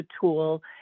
tool